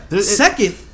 Second